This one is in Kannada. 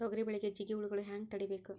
ತೊಗರಿ ಬೆಳೆಗೆ ಜಿಗಿ ಹುಳುಗಳು ಹ್ಯಾಂಗ್ ತಡೀಬೇಕು?